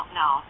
no